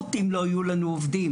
משמעות אם לא יהיו לנו עובדים.